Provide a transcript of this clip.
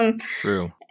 True